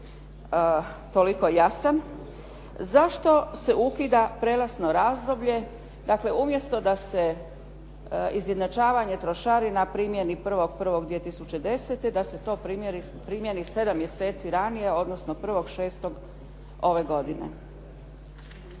toliko jasan zašto se ukida prijelazno razdoblje. Dakle, umjesto da se izjednačavanje trošarina primijeni 1.1.2010. da se to primijeni 7 mjeseci ranije, odnosno 1.6. ove godine.